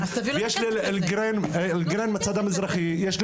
ויש לי אל-גרין בצד המזרחי,